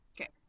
Okay